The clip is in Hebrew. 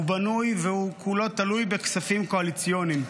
הוא בנוי והוא כולו תלוי בכספים קואליציוניים.